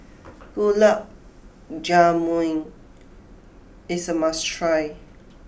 Gulab Jamun is a must try